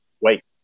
wait